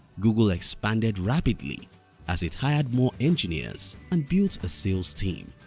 google expanded rapidly as it hired more engineers and built a sales team.